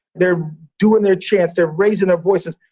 they're doing their chants. they're raising their voices.